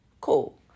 Cool